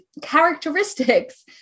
characteristics